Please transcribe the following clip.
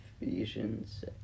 Ephesians